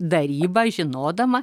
darybą žinodama